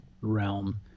realm –